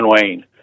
Wayne